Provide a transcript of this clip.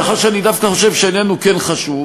מאחר שאני חושב שהעניין הוא כן חשוב,